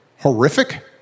horrific